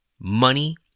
Money